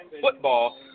Football